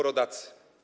Rodacy!